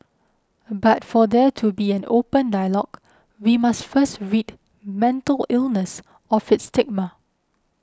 but for there to be an open dialogue we must first rid mental illness of its stigma